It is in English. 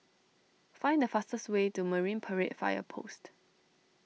find the fastest way to Marine Parade Fire Post